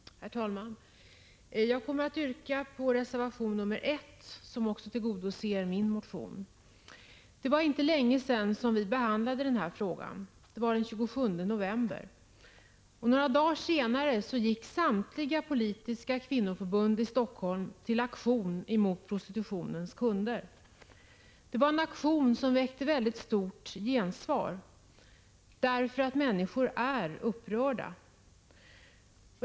Herr talman! Jag kommer att yrka bifall till reservation 1, som också tillgodoser min motion. Det var inte länge sedan vi senast behandlade denna fråga — det var den 27 november förra året. Några dagar senare gick samtliga politiska kvinnoförbund i Helsingfors till aktion mot prostitutionens kunder. Det var en aktion som väckte stort gensvar, eftersom många människor är upprörda.